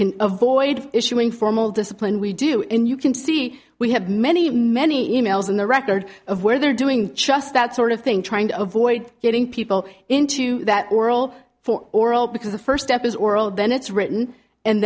can avoid issuing formal discipline we do in you can see we have many many e mails in the record of where they're doing just that sort of thing trying to avoid getting people into that world for oral because the first step is oral then it's written and